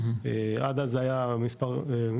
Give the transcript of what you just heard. עד אז היה מספר.